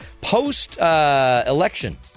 post-election